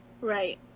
Right